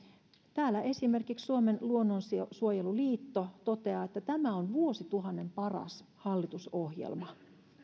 esimerkiksi suomen luonnonsuojeluliitto toteaa että tämä on vuosituhannen paras hallitusohjelma